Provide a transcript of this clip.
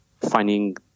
finding